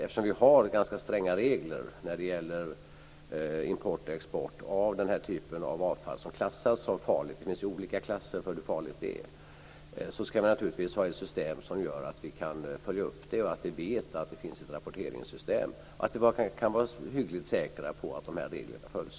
Eftersom vi har ganska stränga regler för import och export av den här typen av avfall som klassas som farligt - det finns ju olika klasser beroende på hur farligt det är - ska vi naturligtvis ha ett system som gör att vi kan göra en uppföljning. Vi ska också veta att det finns ett rapporteringssystem och vara hyggligt säkra på att reglerna följs.